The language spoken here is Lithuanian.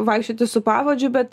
vaikščioti su pavadžiu bet